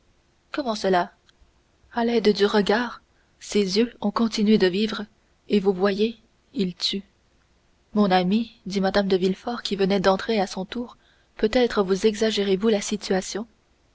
comment cela à l'aide du regard ses yeux ont continué de vivre et vous voyez ils tuent mon ami dit mme de villefort qui venait d'entrer à son tour peut-être vous exagérez vous la situation